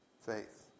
faith